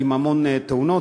עם המון תאונות,